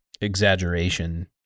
exaggeration